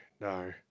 no